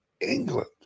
England